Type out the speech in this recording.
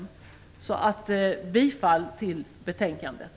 Jag yrkar bifall till utskottets hemställan.